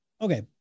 Okay